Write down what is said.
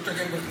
לא אשקר בכלל.